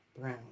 Brown